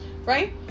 right